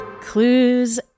Clues